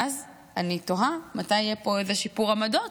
ואז אני תוהה מתי יהיה פה שיפור עמדות.